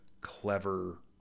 clever